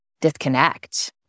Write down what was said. disconnect